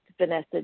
Vanessa